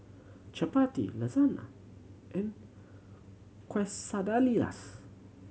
Chapati Lasagna and Quesadillas